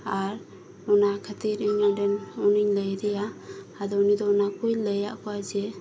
ᱟᱨ ᱚᱱᱟ ᱠᱷᱟᱹᱛᱤᱨ ᱤᱧ ᱚᱸᱰᱮᱱ ᱩᱱᱤᱧ ᱞᱟᱹᱭ ᱟᱫᱮᱭᱟ ᱟᱫᱚ ᱩᱱᱤ ᱫᱚ ᱚᱱᱟ ᱠᱚᱭ ᱞᱟᱹᱭ ᱟᱫ ᱠᱚᱣᱟ ᱡᱮ